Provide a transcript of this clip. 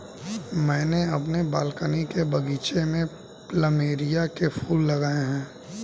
मैंने अपने बालकनी के बगीचे में प्लमेरिया के फूल लगाए हैं